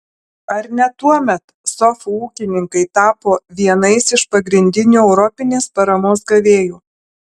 ar ne tuomet sofų ūkininkai tapo vienais iš pagrindinių europinės paramos gavėjų